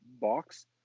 box